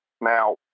now